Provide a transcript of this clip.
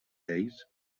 ells